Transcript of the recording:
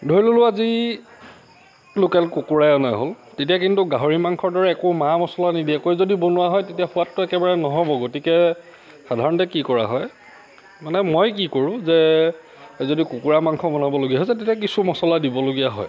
ধৰি ল'লো আজি লোকেল কুকুৰাই অনা হ'ল তেতিয়া কিন্তু গাহৰি মাংসৰ দৰে একো মা মচলা নিদিয়াকৈ যদি বনোৱা হয় তেতিয়া সোৱাদটো একেবাৰে নহ'ব গতিকে সাধাৰণতে কি কৰা হয় মানে মই কি কৰোঁ যে যদি কুকুৰা মাংস বনাবলগীয়া হৈছে তেতিয়াহ'লে কিছু মচলা দিবলগীয়া হয়